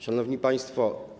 Szanowni Państwo!